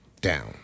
down